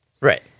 Right